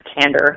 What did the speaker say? candor